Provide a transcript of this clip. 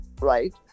right